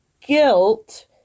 guilt